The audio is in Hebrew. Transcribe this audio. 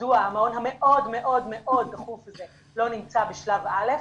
מדוע המעון המאוד מאוד מאוד דחוף הזה לא נמצא בשלב א',